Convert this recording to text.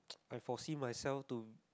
I foresee myself to